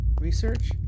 research